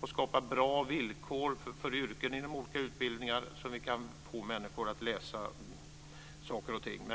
och skapa bra villkor för yrken inom olika utbildningar som vi kan få människor att läsa saker och ting.